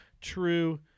True